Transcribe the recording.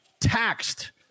taxed